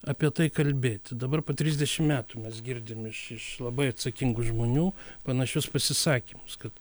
apie tai kalbėti dabar po trisdešim metų mes girdim iš iš labai atsakingų žmonių panašius pasisakymus kad